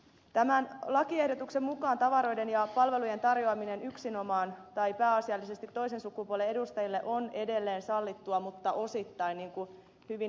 tämän lakiehdotuksen mukaan tavaroiden ja palvelujen tarjoaminen yksinomaan tai pääasiallisesti toisen sukupuolen edustajille on edelleen sallittua mutta osittain niin kuin hyvin ed